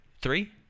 Three